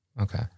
okay